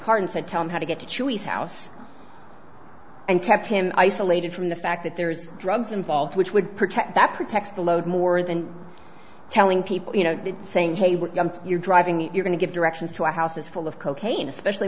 car and said tell me how to get to chili's house and kept him isolated from the fact that there's drugs involved which would protect that protects the load more than telling people you know saying hey we're going to you're driving you're going to give directions to our house is full of cocaine especially